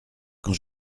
quand